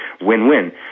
win-win